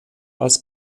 als